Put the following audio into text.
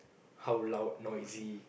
how loud noisy